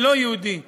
ולא יהודי,